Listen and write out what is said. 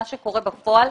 מה שקורה בפועל,